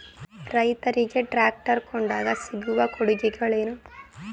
ರೈತರಿಗೆ ಟ್ರಾಕ್ಟರ್ ಕೊಂಡಾಗ ಸಿಗುವ ಕೊಡುಗೆಗಳೇನು?